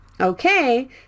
Okay